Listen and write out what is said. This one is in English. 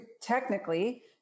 technically